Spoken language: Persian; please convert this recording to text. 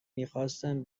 میخواستم